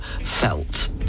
felt